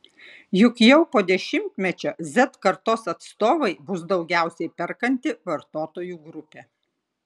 juk jau po dešimtmečio z kartos atstovai bus daugiausiai perkanti vartotojų grupė